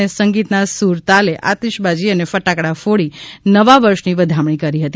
અને સંગીતના સૂરતાલે આતિશબાજી અને ફટાકડા ફોડી નવા વર્ષની વધામણી કરી હતી